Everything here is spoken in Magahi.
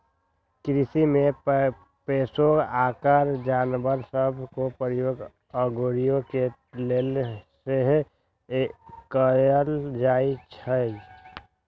कृषि में पोशौआका जानवर सभ के प्रयोग अगोरिया के लेल सेहो कएल जाइ छइ